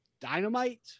dynamite